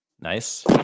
Nice